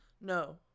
No